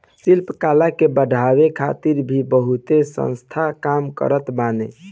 शिल्प कला के बढ़ावे खातिर भी बहुते संस्थान काम करत बाने